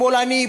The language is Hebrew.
שמאלני,